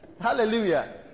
Hallelujah